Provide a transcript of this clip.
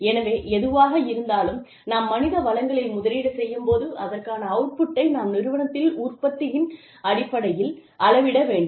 எனவே எதுவாக இருந்தாலும் நாம் மனித வளங்களில் முதலீடு செய்யும் போது அதற்கான அவுட்புட்டை நாம் நிறுவனத்தில் உற்பத்தியின் அடிப்படையில் அளவிட வேண்டும்